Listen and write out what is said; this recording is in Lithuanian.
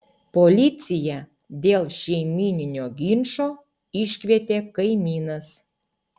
policiją dėl šeimyninio ginčo iškvietė kaimynas